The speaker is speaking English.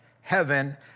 heaven